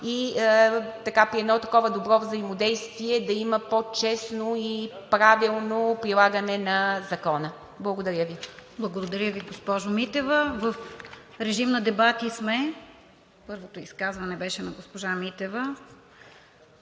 и при едно такова добро взаимодействие да има по-честно и правилно прилагане на Закона. Благодаря Ви. ПРЕДСЕДАТЕЛ РОСИЦА КИРОВА: Благодаря Ви, госпожо Митева. В режим на дебати сме. Първото изказване беше на госпожа Митева.